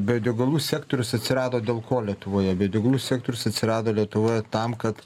biodegalų sektorius atsirado dėl ko lietuvoje biodegalų sektorius atsirado lietuvoje tam kad